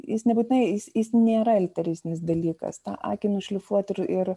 jis nebūtinai jis jis nėra elitaristinis dalykas tą akį nušlifuoti ir ir